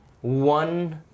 one